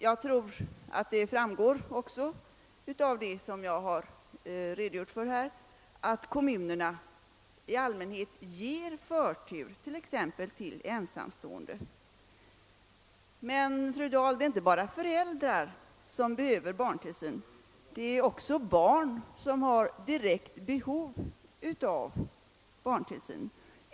Jag tror också att det framgår av vad jag har redogjort för här att kommunerna i allmänhet ger förtur t.ex. till ensamstående. Men, fru Dahl, denna fråga är inte angelägen bara för föräldrarna. Det är också barn som har ett direkt behov av barntillsyn.